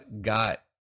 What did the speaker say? got